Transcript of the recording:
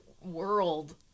world